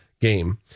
game